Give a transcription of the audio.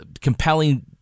compelling